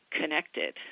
connected